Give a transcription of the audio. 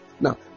now